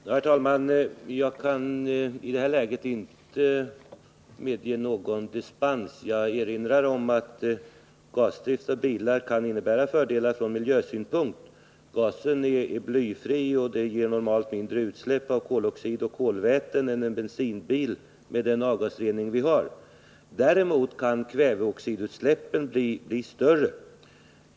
Herr talman! Jag kan i detta läge inte medge någon dispens. Jag erinrar om att gasdrift av bilar kan innebära fördelar från miljösynpunkt. Gasen är blyfri, och den ger normalt mindre utsläpp av koloxid och kolväte än en bensinbil med den avgasrening vi har. Däremot kan kväveoxidutsläppet bli större.